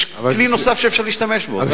ויש כלי נוסף שאפשר להשתמש בו, זה הכול.